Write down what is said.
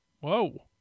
Whoa